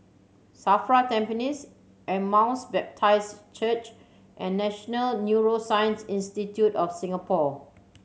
SAFRA Tampines Emmaus Baptist Church and National Neuroscience Institute of Singapore